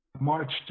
March